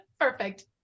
perfect